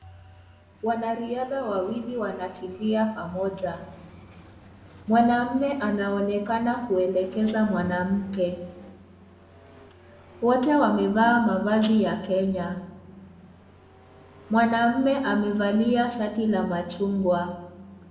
Wanariadha wawili wanakimbia pamoja. Mwanamme anaonekana kuelekeza mwanamke. Wote wamevaa mavazi ya Kenya. Mwanamme amevalia shati la machungwa.